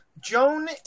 Joan